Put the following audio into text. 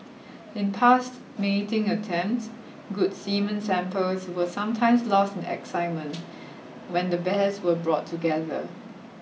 in past mating attempts good semen samples were sometimes lost in excitement when the bears were brought together